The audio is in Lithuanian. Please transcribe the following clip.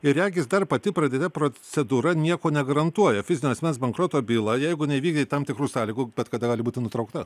ir regis dar pati pradėta procedūra nieko negarantuoja fizinio asmens bankroto byla jeigu neįvykdė tam tikrų sąlygų bet kada gali būti nutraukta